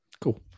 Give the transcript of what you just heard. Cool